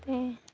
ते